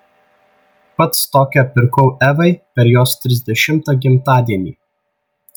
pats tokią pirkau evai per jos trisdešimtą gimtadienį